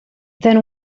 then